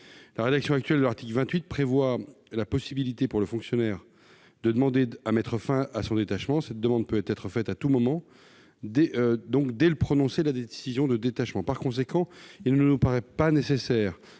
Sa rédaction actuelle prévoit la possibilité, pour le fonctionnaire, de demander à mettre fin à son détachement. Cette demande peut être faite à tout moment, donc dès le prononcé de la décision de détachement. Par conséquent, il ne nous paraît pas nécessaire